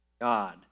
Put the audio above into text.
God